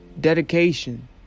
dedication